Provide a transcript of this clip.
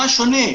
מה שונה?